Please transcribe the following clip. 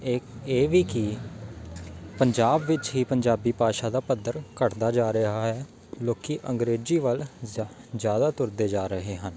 ਇ ਇਹ ਵੀ ਕਿ ਪੰਜਾਬ ਵਿੱਚ ਹੀ ਪੰਜਾਬੀ ਭਾਸ਼ਾ ਦਾ ਪੱਧਰ ਘੱਟਦਾ ਜਾ ਰਿਹਾ ਹੈ ਲੋਕ ਅੰਗਰੇਜ਼ੀ ਵੱਲ ਜ਼ਿ ਜ਼ਿਆਦਾ ਤੁਰਦੇ ਜਾ ਰਹੇ ਹਨ